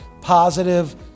positive